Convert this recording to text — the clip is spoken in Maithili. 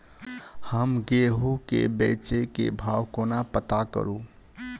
हम गेंहूँ केँ बेचै केँ भाव कोना पत्ता करू?